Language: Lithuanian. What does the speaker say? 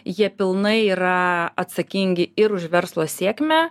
jie pilnai yra atsakingi ir už verslo sėkmę